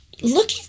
look